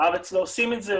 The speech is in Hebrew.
בארץ לא עושים את זה,